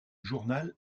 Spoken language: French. journal